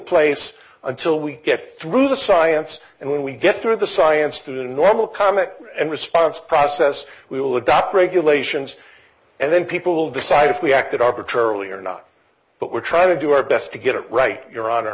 place until we get through the science and we get through the science through the normal comet and response process we will adopt regulations and then people will decide if we acted arbitrarily or not but we're trying to do our best to get it right your honor